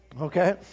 okay